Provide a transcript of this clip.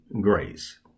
Grace